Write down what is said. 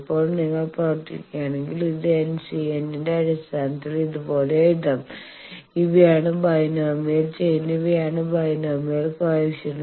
ഇപ്പോൾ നിങ്ങൾ പ്രവർത്തിക്കുകയാണെങ്കിൽ ഇത് NCn ന്റെ അടിസ്ഥാനത്തിൽ ഇതുപോലെ എഴുതാം ഇവയാണ് ബൈനോമിയൽ ചെയിൻ ഇവയാണ് ബൈനോമിയൽ കോയെഫിഷ്യന്റ്